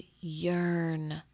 yearn